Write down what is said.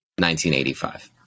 1985